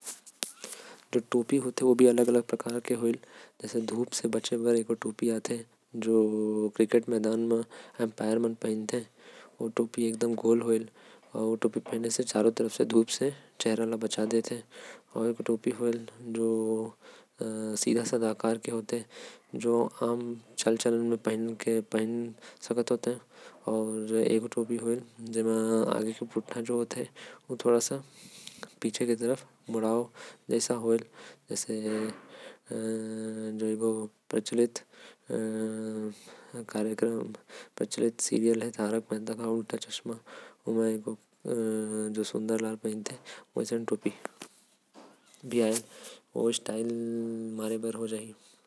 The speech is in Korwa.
टोपी के अगर बात करहिया तो सबसे पहिले आथे। गोल टोपी जो अंपायर मन पहिन्थे जो ओमन ला धूप से बचाथे। एक सीधा टोपी आथे जो कोई भी ठंड से बचे बर पहन्थे। एक टोपी आथे जेकर चोंच लमबा होथे। जेके लोग मन धूप से बचे अउ। एक तरीका से फैशनो बर काम आथे।